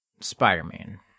Spider-Man